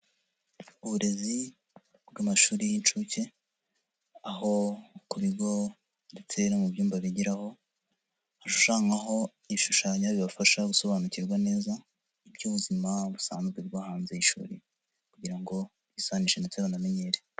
Uburezi bw'amashuri y'inshsuke, aho ku bigo ndetse no mu byumba bigeraho, hashushanywaho ibishushanyo bibafasha gusobanukirwa neza, iby'ubuzima busanzwe bwo hanze y'ishuri kugira ngo bisanishe ndetse banamenyere.